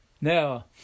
Now